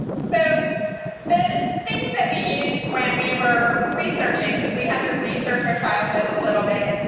so the things that we used when we were researching, because we had to research our childhoods a little bit,